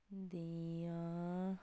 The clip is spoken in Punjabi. ਦੀਆਂ